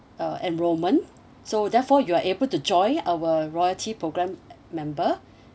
uh enrollment so therefore you are able to join our loyalty program member